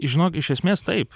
žinok iš esmės taip